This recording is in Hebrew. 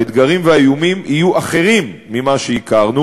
האתגרים והאיומים יהיו אחרים ממה שהכרנו,